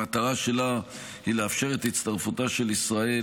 המטרה שלה היא לאפשר את הצטרפותה של ישראל